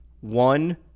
One